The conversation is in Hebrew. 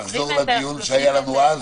נחזור לדיון שהיה לנו אז?